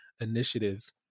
initiatives